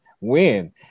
win